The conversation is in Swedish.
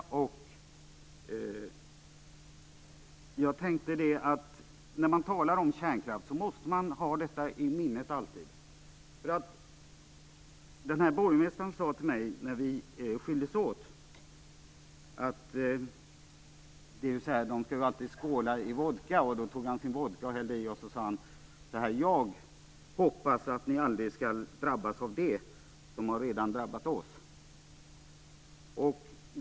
När man talar om kärnkraft måste man alltid ha detta i minnet. När borgmästaren och jag skildes åt hällde han upp sin vodka - de skall ju alltid skåla i vodka - och sa: Jag hoppas att ni aldrig skall drabbas av det som redan har drabbat oss.